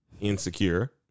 Insecure